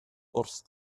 wrth